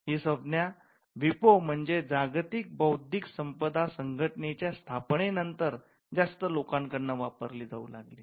ही संज्ञा व्हिपो म्हणजेच जागतिक बौद्धिक संपदा संघटनेच्या स्थापने नंतर नंतर जास्त लोकांकडून वापरली जाऊ लागली